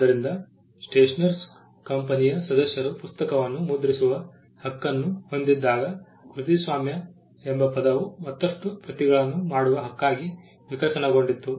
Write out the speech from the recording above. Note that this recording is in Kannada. ಆದ್ದರಿಂದ ಸ್ಟೇಷನರ್ ಕಂಪನಿಯ ಸದಸ್ಯರು ಪುಸ್ತಕವನ್ನು ಮುದ್ರಿಸುವ ಹಕ್ಕನ್ನು ಹೊಂದಿದ್ದಾಗ ಕೃತಿಸ್ವಾಮ್ಯ ಎಂಬ ಪದವು ಮತ್ತಷ್ಟು ಪ್ರತಿಗಳನ್ನು ಮಾಡುವ ಹಕ್ಕಾಗಿ ವಿಕಸನಗೊಂಡಿತು